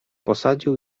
posadził